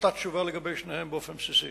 אותה תשובה לגבי שניהם, באופן בסיסי.